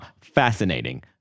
fascinating